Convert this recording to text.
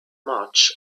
march